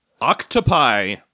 Octopi